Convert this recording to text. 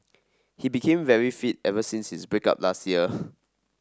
he became very fit ever since his break up last year